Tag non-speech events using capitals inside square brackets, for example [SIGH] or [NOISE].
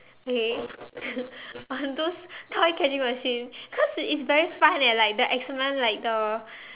okay [LAUGHS] on those toy catching machines cause it's very fun eh like the excitement like the